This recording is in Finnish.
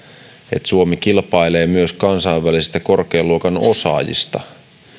että suomi kilpailee myös kansainvälisistä korkean luokan osaajista